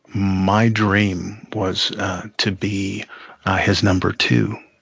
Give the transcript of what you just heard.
my dream was to be his number two.